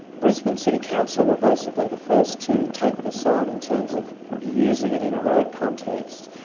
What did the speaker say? brisbane city council were basically the first to take this on in terms of using it in a road context.